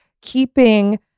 keeping